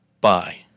Bye